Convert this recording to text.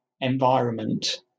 environment